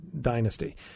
dynasty